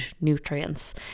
nutrients